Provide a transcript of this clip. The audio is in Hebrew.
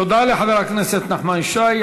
תודה לחבר הכנסת נחמן שי.